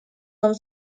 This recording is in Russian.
нам